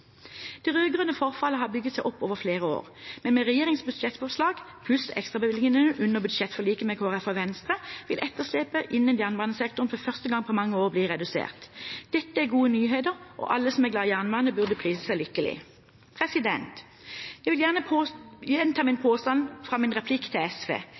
forfallet har bygget seg opp over flere år, men med regjeringens budsjettforslag pluss ekstrabevilgninger under budsjettforliket med Kristelig Folkeparti og Venstre vil etterslepet innen jernbanesektoren for første gang på mange år bli redusert. Dette er gode nyheter, og alle som er glad i jernbanen, burde prise seg lykkelig. Jeg vil gjenta min påstand fra min replikk til SV: